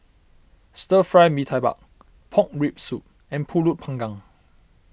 Stir Fry Mee Tai Mak Pork Rib Soup and Pulut Panggang